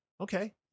Okay